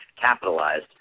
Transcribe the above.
capitalized